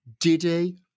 Diddy